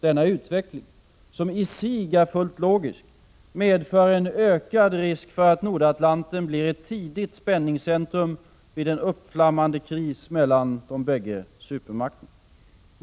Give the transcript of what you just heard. Denna utveckling — som i sig är fullt logisk — medför en ökad risk för att Nordatlanten tidigt blir ett spänningscentrum vid en uppflammande kris mellan de bägge supermakterna.